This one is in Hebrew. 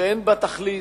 שאין בה תכלית,